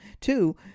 Two